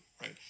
right